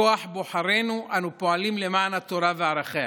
מכוח בוחרינו אנו פועלים למען התורה וערכיה,